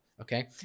okay